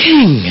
King